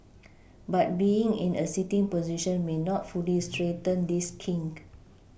but being in a sitting position may not fully straighten this kink